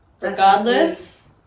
Regardless